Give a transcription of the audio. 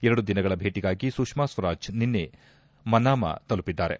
ಎರಡು ದಿನಗಳ ಭೇಟಗಾಗಿ ಸುಷ್ಠಾ ಸ್ವರಾಜ್ ನಿನ್ನೆ ಮನಾಮ ತಲುಪಿದ್ದಾರೆ